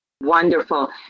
Wonderful